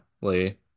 Lee